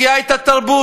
החיה את התרבות.